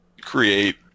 create